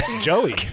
Joey